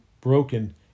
broken